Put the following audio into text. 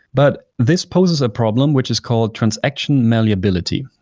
but this poses a problem which is called transaction malleability,